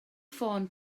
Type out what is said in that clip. ffôn